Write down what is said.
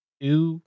two